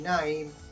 name